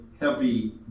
heavy